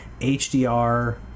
HDR